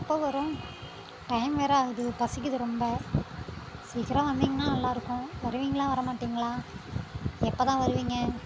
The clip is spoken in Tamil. எப்போது வரும் டைம் வேறு ஆகுது பசிக்குது ரொம்ப சீக்கிரம் வந்தீங்கனா நல்லாயிருக்கும் வருவீங்களா வர மாட்டீங்களா எப்போதான் வருவீங்க